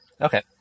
Okay